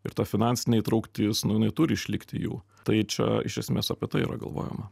ir ta finansinė įtrauktis nu jinai turi išlikti jų tai čia iš esmės apie tai yra galvojama